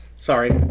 Sorry